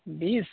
ᱵᱤᱥ